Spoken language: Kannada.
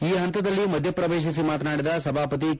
ಈ ಪಂತದಲ್ಲಿ ಮಧ್ಯಪ್ರವೇಶಿಸಿ ಮಾತನಾಡಿದ ಸಭಾಪತಿ ಕೆ